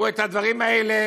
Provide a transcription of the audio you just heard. את הדברים האלה